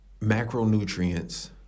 macronutrients